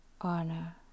honor